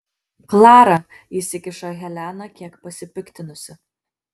klara įsikiša helena kiek pasipiktinusi